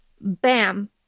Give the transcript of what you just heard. bam